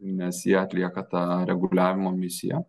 nes jie atlieka tą reguliavimo misiją